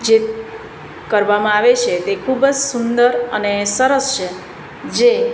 જે કરવામાં આવે છે તે ખૂબ જ સુંદર અને સરસ છે જે